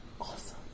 Awesome